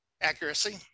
accuracy